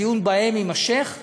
הדיון בהם יימשך,